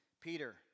Peter